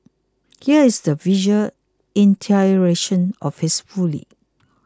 here is the visual iteration of his folly